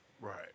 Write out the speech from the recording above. Right